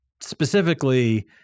specifically